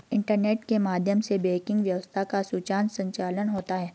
internet के माध्यम से बैंकिंग व्यवस्था का सुचारु संचालन होता है